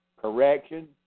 correction